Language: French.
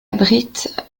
abrite